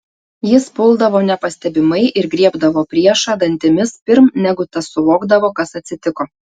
jis puldavo nepastebimai ir griebdavo priešą dantimis pirm negu tas suvokdavo kas atsitiko